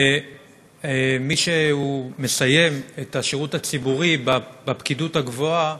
למי שמסיים את השירות הציבורי בפקידות הגבוהה